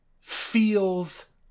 feels